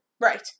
Right